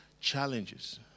challenges